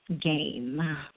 game